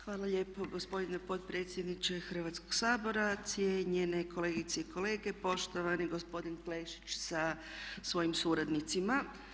Hvala lijepo gospodine potpredsjedniče Hrvatskog sabora, cijenjene kolegice i kolege, poštovani gospodin Plešić sa svojim suradnicima.